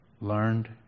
learned